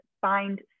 find